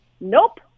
Nope